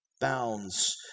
bounds